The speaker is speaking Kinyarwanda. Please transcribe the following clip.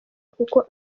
kuko